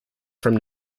from